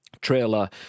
trailer